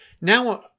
now